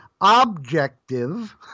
objective